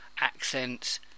accents